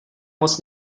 moc